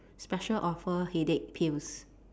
special offer headache pills